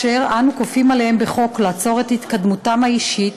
אשר אנו כופים עליהם בחוק לעצור את התקדמותם האישית,